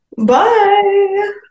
Bye